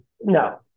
No